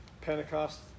Pentecost